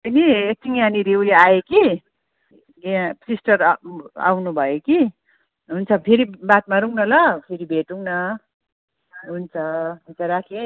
नि एकछिन यहाँनिर उयो आयो कि यहाँ सिस्टर आउनुभयो कि हुन्छ फेरि बात मारौँ न ल फेरि भेटौँ न हुन्छ हुन्छ राखेँ है